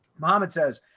mom, it says,